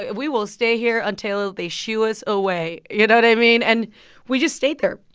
we will stay here until ah they shoo us away, you know what i mean? and we just stayed there.